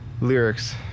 lyrics